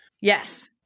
Yes